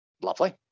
Lovely